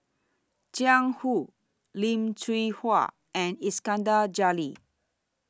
Jiang Hu Lim Hwee Hua and Iskandar Jalil